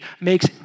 makes